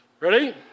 Ready